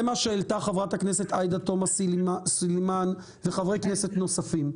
זה מה שהעלתה חברת הכנסת עאידה תומא סלימאן וחברי כנסת נוספים.